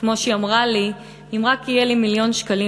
כמו שהיא אמרה לי: אם רק יהיה לי מיליון שקלים,